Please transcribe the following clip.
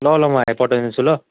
ल ल म हाई पठाइदिन्छु ल